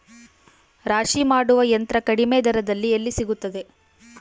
ರಾಶಿ ಮಾಡುವ ಯಂತ್ರ ಕಡಿಮೆ ದರದಲ್ಲಿ ಎಲ್ಲಿ ಸಿಗುತ್ತದೆ?